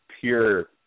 pure